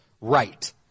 right